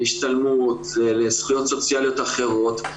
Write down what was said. להשתלמות וזכויות סוציאליות אחרות,